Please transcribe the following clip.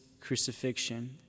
crucifixion